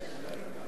כל אחד מבין